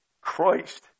Christ